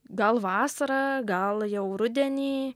gal vasarą gal jau rudenį